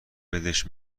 بدش